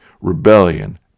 rebellion